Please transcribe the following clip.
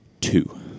two